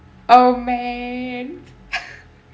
oh man